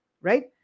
right